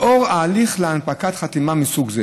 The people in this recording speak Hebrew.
לאור ההליך להנפקת חתימה מסוג זה.